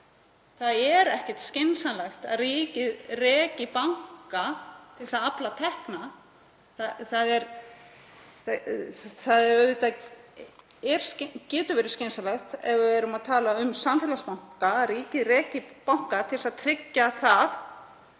Það er ekki skynsamlegt að ríkið reki banka til að afla tekna. Það getur auðvitað verið skynsamlegt ef við erum að tala um samfélagsbanka, að ríkið reki banka til að tryggja að